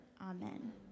Amen